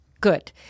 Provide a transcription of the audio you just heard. Good